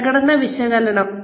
പ്രകടന വിശകലനം